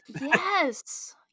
yes